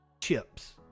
chips